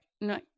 No